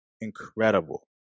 incredible